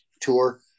tour